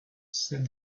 said